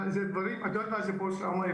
אפרת, את יודעת מה זה פוסט טראומה?